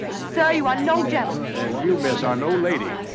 sir, you are no gentleman. and you miss are no lady.